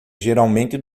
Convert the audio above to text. geralmente